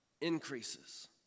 increases